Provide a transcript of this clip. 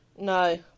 No